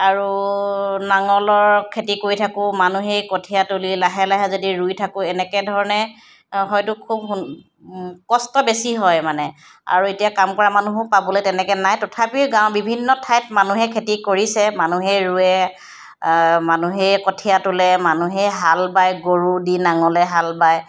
আৰু নাঙলৰ খেতি কৰি থাকোঁ মানুহেই কঠীয়াতলি লাহে লাহে যদি ৰুই থাকোঁ এনেকৈ ধৰণে হয়তো খুব সোন কষ্ট বেছি হয় মানে আৰু এতিয়া কাম কৰা মানুহো পাবলে তেনেকৈ নাই তথাপি গাঁও বিভিন্ন ঠাইত মানুহে খেতি কৰিছে মানুহেই ৰুৱে মানুহেই কঠীয়া তোলে মানুহেই হাল বায় গৰু দি নাঙলে হাল বায়